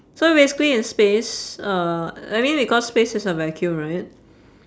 so basically in space uh I mean because space is a vacuum right